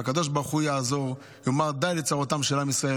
והקדוש ברוך הוא יעזור ויאמר די לצרות של עם ישראל,